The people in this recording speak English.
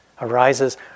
arises